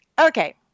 Okay